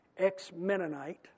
ex-Mennonite